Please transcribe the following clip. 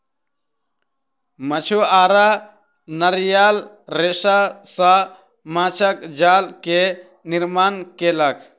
मछुआरा नारियल रेशा सॅ माँछक जाल के निर्माण केलक